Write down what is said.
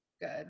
Good